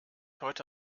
heute